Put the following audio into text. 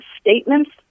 statements